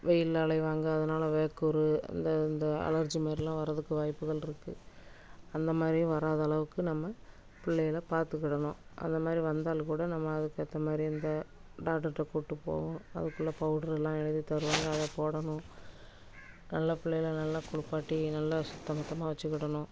வெயிலில் அழைவாங்க அதனால் வேர்க்குரு அந்த அந்த அலர்ஜி மாதிரிலாம் வரதுக்கு வாய்ப்புகள் இருக்குது அந்த மாதிரி வராத அளவுக்கு நம்ம பிள்ளைகள பார்த்துக்கிடணும் அந்த மாதிரி வந்தாலும் கூட நம்ம அதுக்கேற்ற மாதிரி அந்த டாக்டர்கிட்ட கூட்டு போவோம் அதுக்குள்ள பவுடரு எல்லாம் எழுதி தருவாங்க அதை போடணும் நல்லா பிள்ளைகள நல்லா குளிப்பாட்டி நல்லா சுத்தபத்தமாக வச்சிக்கிடணும்